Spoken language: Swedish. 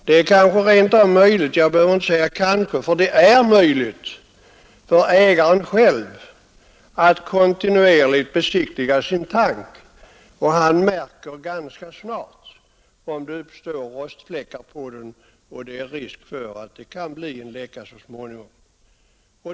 Det är kanske rent av möjligt för ägaren själv att kontinuerligt besiktiga sin tank, och han märker ganska snart om det uppstår rostfläckar på den och det är risk för en läcka så småningom.